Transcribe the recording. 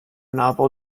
novel